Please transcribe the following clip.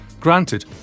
Granted